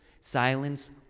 Silence